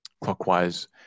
clockwise